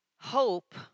hope